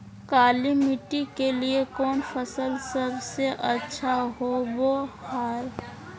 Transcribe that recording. काली मिट्टी के लिए कौन फसल सब से अच्छा होबो हाय?